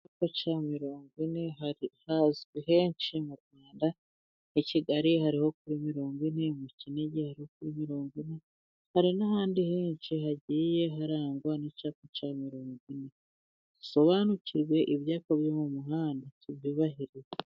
Ku cyapa cya mirongo ine hazwi henshi mu Rwanda. N'i Kigali hariho kuri mirongo ine, mu Kinigi hariho kuri mirongo ine. Hari n'ahandi henshi hagiye harangwa n'icyapa cya mirongo ine. Dusobanukirwe ibyapa byo mu muhanda tubyubahirize.